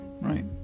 right